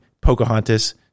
Pocahontas